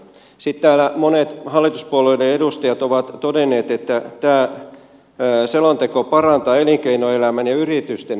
sitten täällä monet hallituspuolueiden edustajat ovat todenneet että tämä selonteko parantaa elinkeinoelämän ja yritysten edellytyksiä